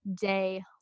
day